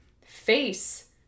face